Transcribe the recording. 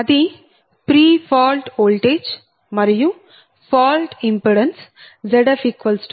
అది pre fault voltage మరియు fault impedance Zf0